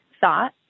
thought